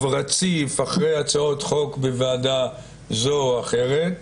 רציף אחרי הצעות חוק בוועדה זו או אחרת,